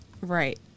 Right